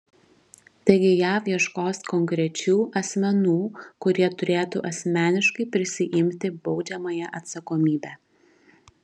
taigi jav ieškos konkrečių asmenų kurie turėtų asmeniškai prisiimti baudžiamąją atsakomybę